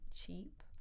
cheap